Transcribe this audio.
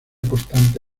constante